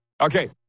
Okay